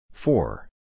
Four